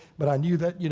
but i knew that, you know